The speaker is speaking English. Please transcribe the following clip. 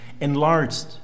enlarged